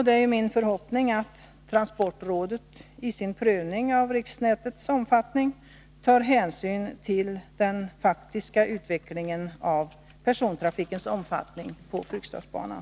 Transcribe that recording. Det är min förhoppning att transportrådet i sin prövning av riksnätets omfattning tar hänsyn till den faktiska utvecklingen av persontrafikens omfattning på Fryksdalsbanan.